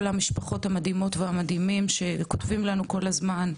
המשפחות המדהימות והמדהימים שכותבים לנו כל הזמן,